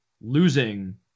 losing